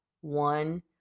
One